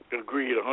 Agreed